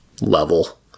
level